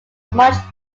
much